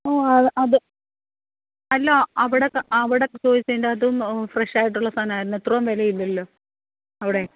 ഓ അത് അത് അല്ല അവിടെ ത അവിടെ ചോദിച്ചതിൻ്റ ഫ്രഷായിട്ടുള്ള സാധനമായിരുന്നു ഇത്രയും വിലയില്ലല്ലോ അവിടെ